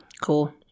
Cool